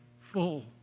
full